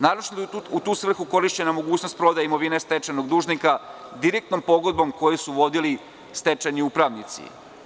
Naročito je u tu svrhu korišćena mogućnost prodaje imovine stečajnog dužnika direktnom pogodbom koju su vodili stečajni upravnici.